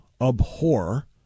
abhor